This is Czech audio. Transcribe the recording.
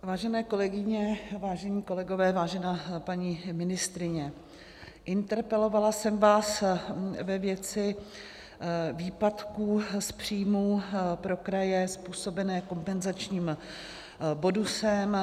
Vážené kolegyně, vážení kolegové, vážená paní ministryně, interpelovala jsem vás ve věci výpadků z příjmů pro kraje způsobené kompenzačním bonusem.